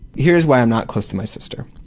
here's why i'm not close to my sister,